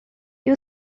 you